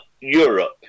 Europe